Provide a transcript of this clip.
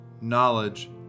knowledge